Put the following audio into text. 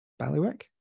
Ballywick